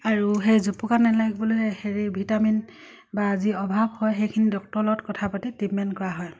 আৰু সেই জোপোকা নালাগিবলৈ হেৰি ভিটামিন বা যি অভাৱ হয় সেইখিনি ডক্তৰৰ লগত কথা পাতি ট্ৰিটমেণ্ট কৰা হয়